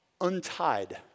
untied